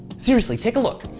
seriously, take a look.